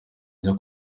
njya